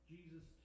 Jesus